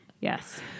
Yes